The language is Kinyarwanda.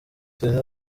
serena